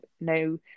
no